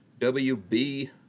WB